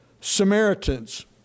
samaritans